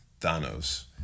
Thanos